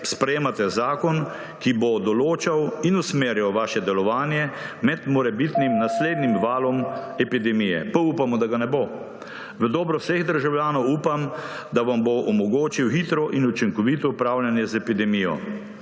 sprejemate zakon, ki bo določal in usmerjal vaše delovanje med morebitnim naslednjim valom epidemije. Pa upamo, da ga ne bo. V dobro vseh državljanov upam, da vam bo omogočil hitro in učinkovito upravljanje z epidemijo.